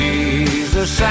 Jesus